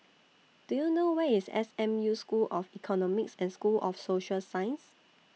Do YOU know Where IS S M U School of Economics and School of Social Sciences